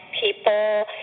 People